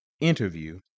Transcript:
interview